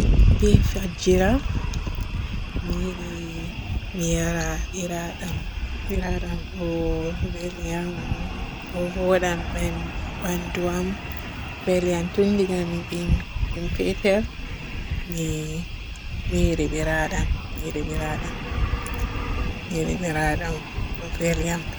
Be fajjira mi yiɗi mi yara biradam. Biradam ɗo veli am ɗo vodam ben-banɗo am, veli am. Ton diga mi ɓingel petel mi mi yiɗi biradam mi yiɗi biradam, mi yiɗi biradam. ɗo veli am.